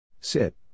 Sit